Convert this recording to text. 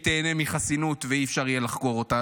תיהנה מחסינות ואי-אפשר יהיה לחקור אותה?